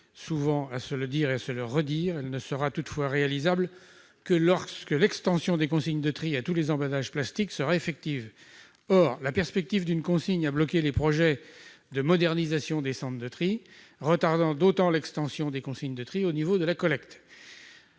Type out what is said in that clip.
et facile à comprendre. Elle ne sera réalisable que lorsque l'extension des consignes de tri à tous les emballages plastiques sera effective. Or la perspective d'une consigne a bloqué les projets de modernisation des centres de tri, retardant d'autant l'extension des consignes de tri au niveau de la collecte.